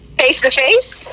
face-to-face